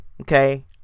Okay